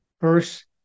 first